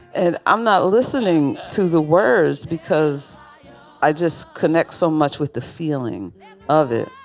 and i'm not listening to the words because i just connect so much with the feeling of it.